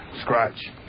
scratch